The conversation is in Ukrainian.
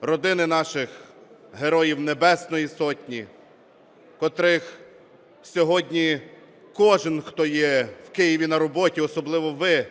родини наших Героїв Небесної Сотні, котрих сьогодні кожен, хто є в Києві на роботі, особливо ви,